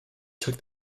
took